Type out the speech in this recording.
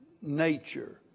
nature